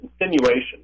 insinuation